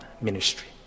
ministry